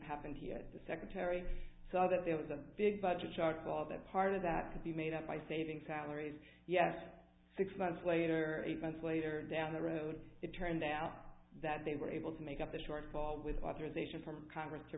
happened to the secretary so that there was a big budget shortfall that part of that could be made up by saving salaries yes but six months later eight months later down the road it turned out that they were able to make up the shortfall with authorization from congress to